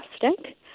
fantastic